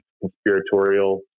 conspiratorial